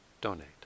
donate